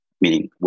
meaning